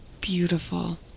beautiful